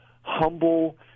humble